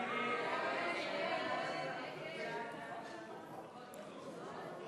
ההצעה להעביר את הצעת חוק הפרשנות (תיקון,